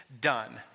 done